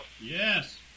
Yes